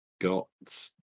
got